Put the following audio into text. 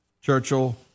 Churchill